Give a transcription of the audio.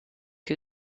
two